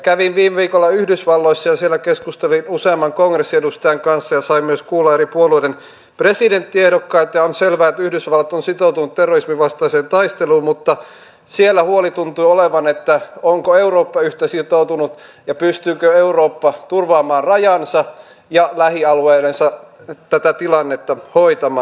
kävin viime viikolla yhdysvalloissa ja siellä keskustelin usean kongressiedustajan kanssa ja sain myös kuulla eri puolueiden presidenttiehdokkaita ja on selvää että yhdysvallat on sitoutunut terrorismin vastaiseen taisteluun mutta siellä huoli tuntui olevan onko eurooppa yhtä sitoutunut ja pystyykö eurooppa turvaamaan rajansa ja lähialueillaan tätä tilannetta hoitamaan